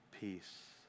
peace